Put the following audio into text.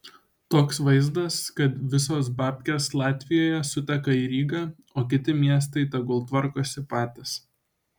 toks vaizdas kad visos babkės latvijoje suteka į rygą o kiti miestai tegul tvarkosi patys